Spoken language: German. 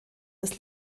des